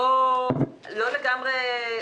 לא לגמרי,